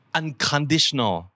unconditional